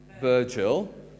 Virgil